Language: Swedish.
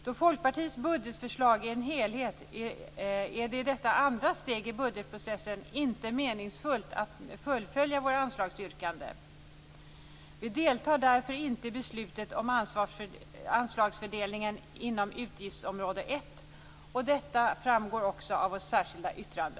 Då Folkpartiets budgetförslag är en helhet är det i detta andra steg i budgetprocessen inte meningsfullt att fullfölja våra anslagsyrkanden. Vi deltar därför inte i beslutet om anslagsfördelningen inom utgiftsområde 1. Detta framgår också av vårt särskilda yttrande.